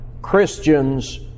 Christians